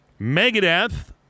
Megadeth